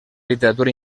literatura